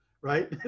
right